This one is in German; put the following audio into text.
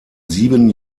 sieben